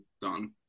done